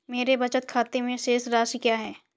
मेरे बचत खाते में शेष राशि क्या है?